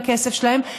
לכסף שלהם,